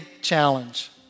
challenge